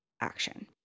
action